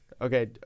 Okay